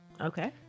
Okay